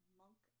monk